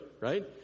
right